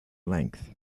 length